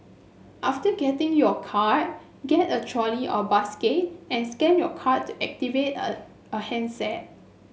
after getting your card get a trolley or basket and scan your card to activate a a handset